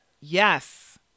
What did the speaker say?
yes